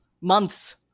Months